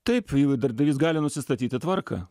taip darbdavys gali nusistatyti tvarką